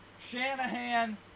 Shanahan